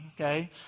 Okay